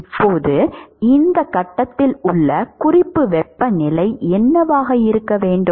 இப்போது இந்த கட்டத்தில் உள்ள குறிப்பு வெப்பநிலை என்னவாக இருக்க வேண்டும்